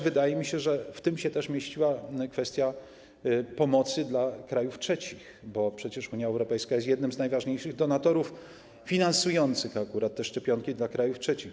Wydaje mi się, że w tym mieściła się też kwestia pomocy dla krajów trzecich, bo przecież Unia Europejska jest jednym z najważniejszych donatorów finansujących akurat te szczepionki dla krajów trzecich.